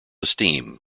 esteem